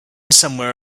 somewhere